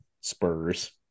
Spurs